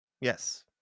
Yes